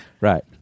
Right